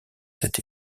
cet